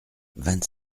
vingt